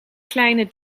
kleine